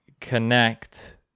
connect